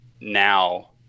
now